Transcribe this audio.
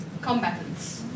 combatants